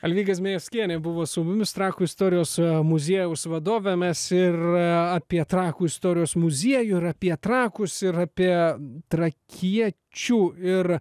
algis zmejevskienė buvo su mumis trakų istorijos muziejaus vadovė mes ir apie trakų istorijos muziejų ir apie trakus ir apie trakiečių ir